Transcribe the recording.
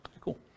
Cool